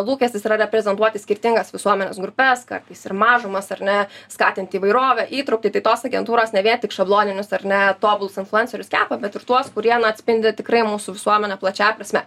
lūkestis yra reprezentuoti skirtingas visuomenės grupes kartais ir mažumas ar ne skatinti įvairovę įtrauktį tai tos agentūros ne vien tik šabloninius ar ne tobulus influencerius kepa bet ir tuos kurie na atspindi tikrai mūsų visuomenę plačiąja prasme